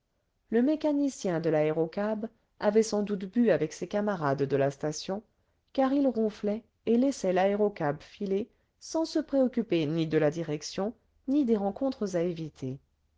le mécanicien de l'aérocab avait sans doute bu avec ses camarades de la station car il ronflait et laissait attaque nocturne aérienne l'aréocab filer sans se préoccuper ni de la direction ni des rencontres à éviter